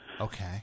Okay